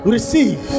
Receive